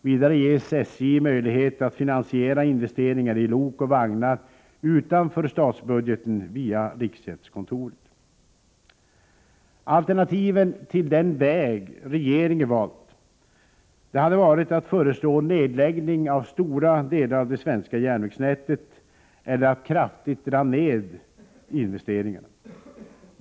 Vidare ges SJ möjlighet att finansiera investeringar i lok och vagnar utanför statsbudgeten via riksgäldskontoret. Alternativen till den väg regeringen valt hade varit att föreslå nedläggning av stora delar av det svenska järnvägsnätet eller att kraftigt dra ned investeringarna.